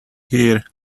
here